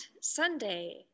Sunday